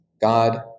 God